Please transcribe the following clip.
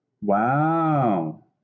Wow